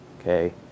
okay